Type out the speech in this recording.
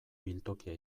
biltokia